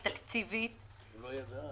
היא תקציבית לאור עמדת